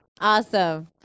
Awesome